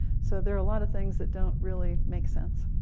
so there are a lot of things that don't really make sense.